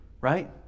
Right